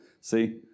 See